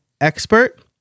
expert